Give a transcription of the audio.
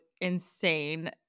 insane